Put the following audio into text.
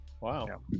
wow